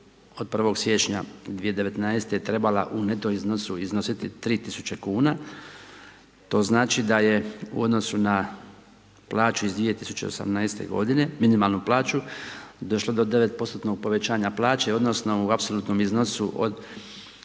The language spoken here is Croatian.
od 1.1.2019. trebala u neto iznosu iznositi 3000 kn, to znači da je u odnosu na plaću iz 2018. g. minimalnu plaću, došlo do 9% povećanja plaće, odnosno, u apsolutnom iznosu od